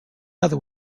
other